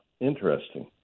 interesting